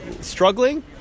struggling